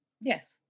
Yes